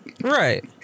Right